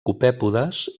copèpodes